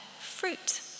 fruit